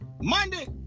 Monday